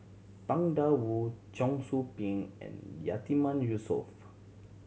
Tang Da Wu Cheong Soo Pieng and Yatiman Yusof